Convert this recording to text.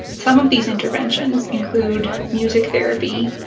some of these interventions include music therapy,